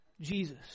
Jesus